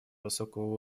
высокого